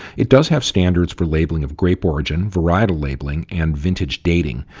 it does have standards for labeling of grape origin, varietal labeling and vintage dating.